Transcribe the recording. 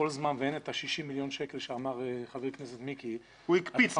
כל זמן שאין את ה-60 מיליון שקל שאמר חבר הכנסת מיקי --- הוא הקפיץ,